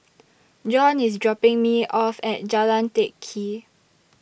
John IS dropping Me off At Jalan Teck Kee